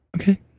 Okay